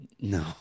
no